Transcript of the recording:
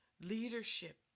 leadership